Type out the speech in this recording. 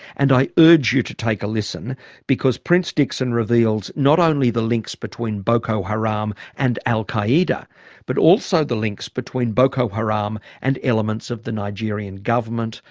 and i urge you to take a listen because prince dickson reveals not only the links between boko haram and al-qaeda but also the links between boko haram um and elements of the nigerian government,